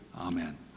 Amen